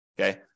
okay